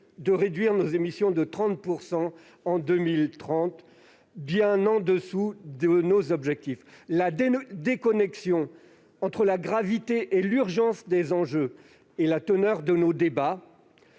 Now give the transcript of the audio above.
de réduire nos émissions de CO2 de 30 % d'ici à 2030, bien en dessous de nos objectifs. La déconnexion entre la gravité et l'urgence des enjeux, d'une part, et la teneur de nos débats